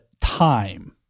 time